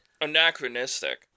Anachronistic